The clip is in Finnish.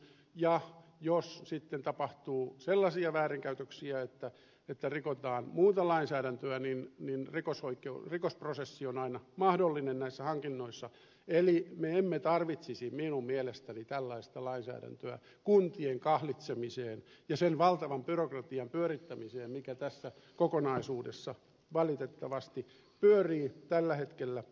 ja jos sitten tapahtuu sellaisia väärinkäytöksiä että rikotaan muuta lainsäädäntöä niin rikosprosessi on aina mahdollinen näissä hankinnoissa eli me emme tarvitsisi minun mielestäni tällaista lainsäädäntöä kuntien kahlitsemiseen ja sen valtavan byrokratian pyörittämiseen mikä tässä kokonaisuudessa valitettavasti pyörii tällä hetkellä